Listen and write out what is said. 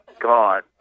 God